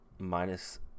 minus